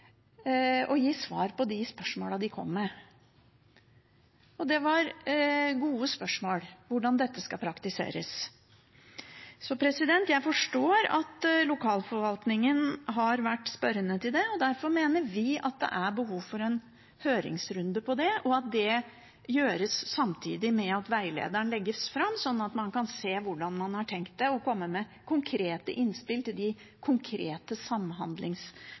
kom med – og det var gode spørsmål om hvordan dette skal praktiseres. Så jeg forstår at lokalforvaltningen har vært spørrende til det. Derfor mener vi at det er behov for en høringsrunde, og at det gjøres samtidig med at veilederen legges fram, sånn at man kan se hvordan man har tenkt det, og komme med konkrete innspill til de konkrete